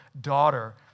daughter